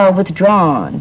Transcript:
withdrawn